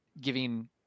giving